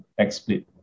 XSplit